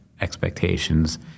expectations